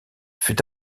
fut